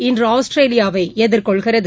இன்று ஆஸ்திரேலியாவை எதிர்கொள்கிறது